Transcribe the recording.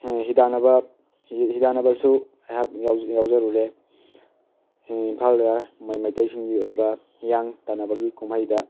ꯍꯤꯗꯥꯟꯅꯕ ꯍꯤꯗꯥꯟꯅꯕꯁꯨ ꯑꯩꯍꯥꯛ ꯌꯥꯎꯖꯗꯨꯔꯦ ꯏꯝꯐꯥꯜꯗ ꯃꯣꯏ ꯃꯩꯇꯩꯁꯤꯡꯒꯤ ꯑꯣꯏꯕ ꯍꯤꯌꯥꯡ ꯇꯥꯟꯅꯕꯒꯤ ꯀꯨꯝꯍꯩꯗ